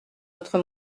autre